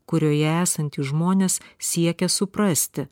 kurioje esantys žmonės siekia suprasti